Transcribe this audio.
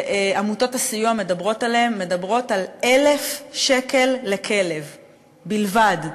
שעמותות הסיוע מדברות עליה היא 1,000 שקל בלבד לכלב,